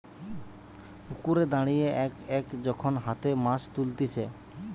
পুকুরে দাঁড়িয়ে এক এক যখন হাতে মাছ তুলতিছে